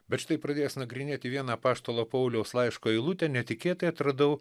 bet štai pradėjęs nagrinėti vieną apaštalo pauliaus laiško eilutę netikėtai atradau